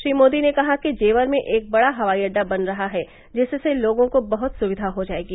श्री मोदी ने कहा कि जेवर में एक बड़ा हवाई अड्डा बन रहा है जिससे लोगों को बहुत सुविधा हो जाएगी